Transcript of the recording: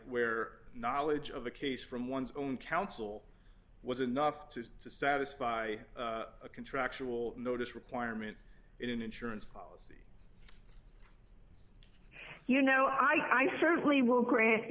where knowledge of the case from one's own counsel was enough to satisfy a contractual notice requirement in an insurance you know i certainly will grant you